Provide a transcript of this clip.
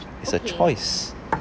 is a choice